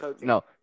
No